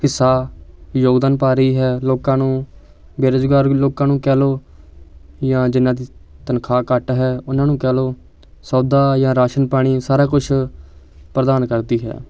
ਹਿੱਸਾ ਯੋਗਦਾਨ ਪਾ ਰਹੀ ਹੈ ਲੋਕਾਂ ਨੂੰ ਬੇਰੁਜ਼ਗਾਰ ਲੋਕਾਂ ਨੂੰ ਕਹਿ ਲਓ ਜਾਂ ਜਿਨ੍ਹਾਂ ਦੀ ਤਨਖਾਹ ਘੱਟ ਹੈ ਉਹਨਾਂ ਨੂੰ ਕਹਿ ਲਓ ਸੌਦਾ ਜਾਂ ਰਾਸ਼ਨ ਪਾਣੀ ਸਾਰਾ ਕੁਛ ਪ੍ਰਦਾਨ ਕਰਦੀ ਹੈ